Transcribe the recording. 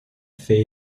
fait